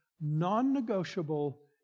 non-negotiable